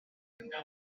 favored